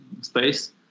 space